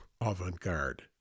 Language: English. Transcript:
avant-garde